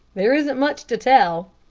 there isn't much to tell.